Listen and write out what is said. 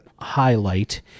highlight